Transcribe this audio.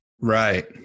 Right